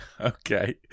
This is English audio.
okay